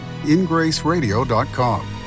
ingraceradio.com